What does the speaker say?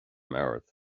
mbord